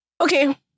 Okay